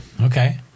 Okay